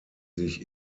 sich